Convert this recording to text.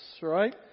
Right